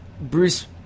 Bruce